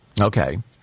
Okay